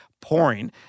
pouring